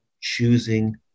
Choosing